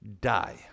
die